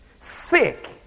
Sick